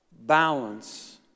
balance